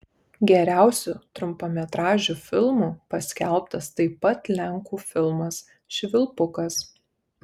geriausiu trumpametražiu filmu paskelbtas taip pat lenkų filmas švilpukas